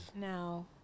No